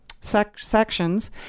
sections